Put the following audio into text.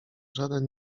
żaden